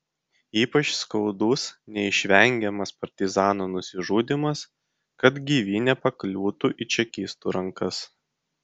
ypač skaudus neišvengiamas partizanų nusižudymas kad gyvi nepakliūtų į čekistų rankas